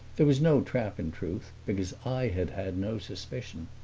there was no trap, in truth, because i had had no suspicion.